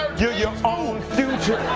you're your own future.